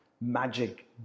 magic